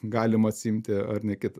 galima atsiimti ar ne kita